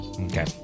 Okay